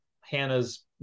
hannah's